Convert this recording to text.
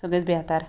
سُہ گژھہِ بہتر